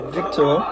Victor